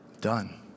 done